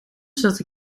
zodat